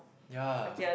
ya